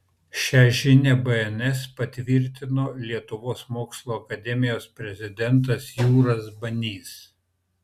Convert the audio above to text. šią žinią bns patvirtino lietuvos mokslų akademijos prezidentas jūras banys